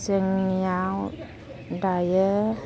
जों नियाव दायो